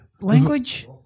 Language